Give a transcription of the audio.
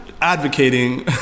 advocating